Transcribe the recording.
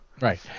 Right